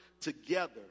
together